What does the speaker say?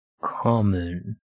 common